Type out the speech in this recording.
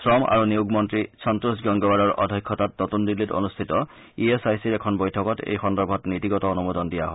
শ্ৰম আৰু নিয়োগ মন্ত্ৰী সন্তোষ গাংগোৱাৰৰ অধ্যক্ষতাত নতুন দিল্লীত অনুষ্ঠিত ই এছ আই চিৰ এখন বৈঠকত এই সন্দৰ্ভত নীতিগত অনুমোদন দিয়া হয়